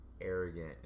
arrogant